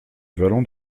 vallon